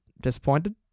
disappointed